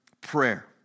prayer